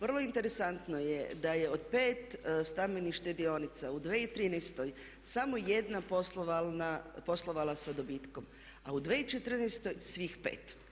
Vrlo interesantno je da je od 5 stambenih štedionica u 2013. samo jedna poslovala sa dobitkom, a u 2014. svih pet.